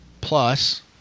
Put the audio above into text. Plus